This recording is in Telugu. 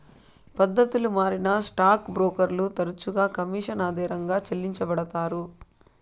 పద్దతులు మారినా స్టాక్ బ్రోకర్లు తరచుగా కమిషన్ ఆధారంగా చెల్లించబడతారు